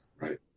Right